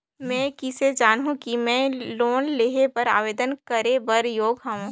मैं किसे जानहूं कि मैं लोन लेहे बर आवेदन करे बर योग्य हंव?